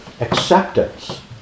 acceptance